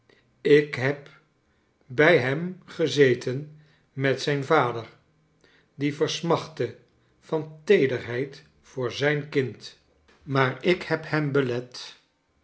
ik heb bij hem gezeten met zijn vader die versmachtte van teederheid voor zijn kind maar ik heb hem belet